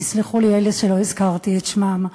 יסלחו לי אלה שלא הזכרתי את שמם.